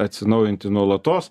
atsinaujinti nuolatos